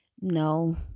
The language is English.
no